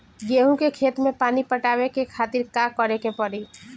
गेहूँ के खेत मे पानी पटावे के खातीर का करे के परी?